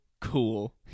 cool